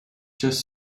just